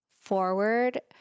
forward